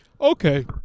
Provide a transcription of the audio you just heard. Okay